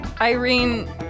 Irene